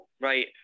right